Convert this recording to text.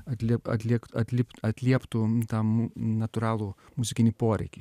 atliek atliek atlipt atlieptų un tam natūralų muzikinį poreikį